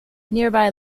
nearby